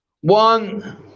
one